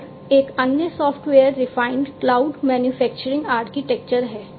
और एक अन्य software defined cloud manufacturing architecture है